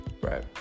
Right